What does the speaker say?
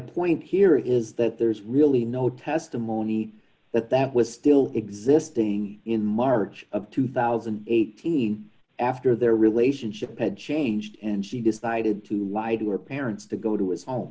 point here is that there's really no testimony but that was still existing in march of two thousand and eighteen after their relationship had changed and she decided to lie to her parents to go to his home